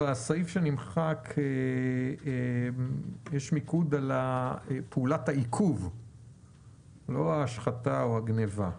בסעיף שנמחק יש מיקוד על פעולת העיכוב ולא על ההשחתה או הגניבה.